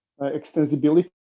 extensibility